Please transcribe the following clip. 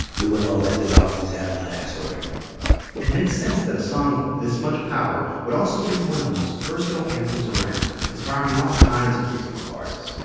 we weren't going to let the darkness have the last word it makes sense that a song with this much power would also be one of the most versatile anthems around, inspiring all kinds of musical artists.